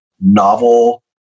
novel